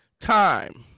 time